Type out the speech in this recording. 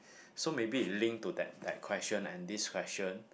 so maybe it link to that that question and this question